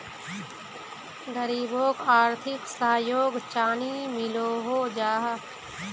गरीबोक आर्थिक सहयोग चानी मिलोहो जाहा?